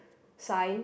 sign